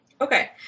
okay